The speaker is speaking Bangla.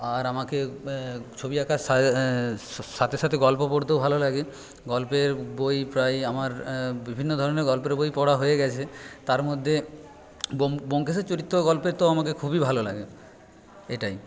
আর আমাকে ছবি আঁকার সাথে সাথে গল্প পড়তেও ভালো লাগে গল্পের বই প্রায় আমার বিভিন্ন ধরণের গল্পের বই পড়া হয়ে গেছে তার মধ্যে ব্যোমকেশের চরিত্র গল্প তো আমাকে খুবই ভালো লাগে এটাই